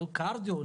קרדיו,